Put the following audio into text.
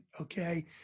okay